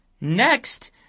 Next